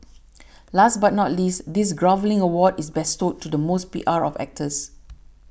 last but not least this groveling award is bestowed to the most P R of actors